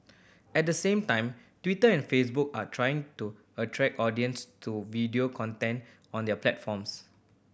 at the same time Twitter and Facebook are trying to attract audience to video content on their platforms